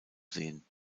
sehen